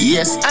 Yes